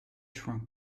shrunk